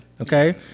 okay